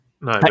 no